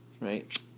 right